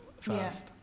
first